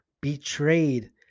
betrayed